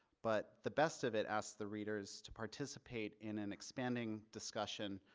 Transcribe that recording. but the best of it asks the readers to participate in an expanding discussion